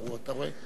בכל מקרה,